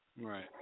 Right